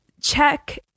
check